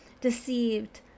deceived